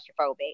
claustrophobic